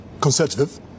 conservative